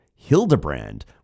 Hildebrand